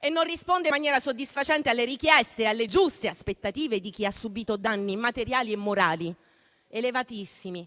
e non risponde in maniera soddisfacente alle richieste e alle giuste aspettative di chi ha subìto danni materiali e morali elevatissimi.